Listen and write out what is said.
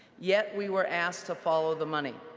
yeah we were asked to follow the money.